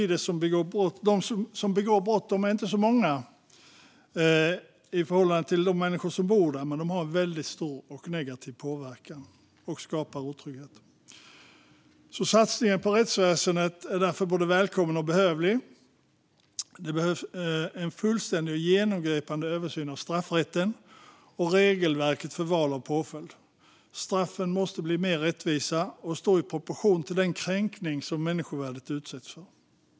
De som begår brott är inte så många i förhållande till de människor som bor där, men de har en väldigt stor och negativ påverkan och skapar otrygghet. Satsningen på rättsväsendet är därför både välkommen och behövlig. Det behövs en fullständig och genomgripande översyn av straffrätten och regelverket för val av påföljd. Straffen måste bli mer rättvisa och stå i proportion till den kränkning som människovärdet utsätts för.